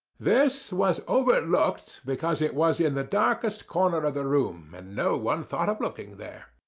this was overlooked because it was in the darkest corner of the room, and no one thought of looking there.